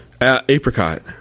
Apricot